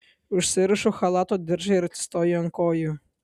užsirišu chalato diržą ir atsistoju ant kojų